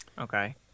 Okay